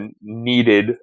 needed